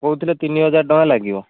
କହୁଥିଲେ ତିନି ହଜାର ଟଙ୍କା ଲାଗିବ